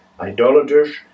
idolaters